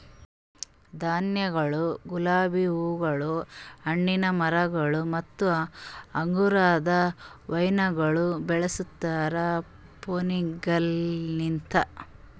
ಧಾನ್ಯಗೊಳ್, ಗುಲಾಬಿ ಹೂಗೊಳ್, ಹಣ್ಣಿನ ಮರಗೊಳ್ ಮತ್ತ ಅಂಗುರದ ವೈನಗೊಳ್ ಬೆಳುಸ್ತಾರ್ ಪ್ರೂನಿಂಗಲಿಂತ್